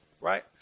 Right